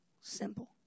simple